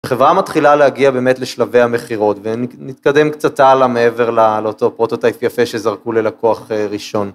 החברה מתחילה להגיע באמת לשלבי המכירות ונתקדם קצת הלאה מעבר לאותו פרוטוטייפ יפה שזרקו ללקוח ראשון.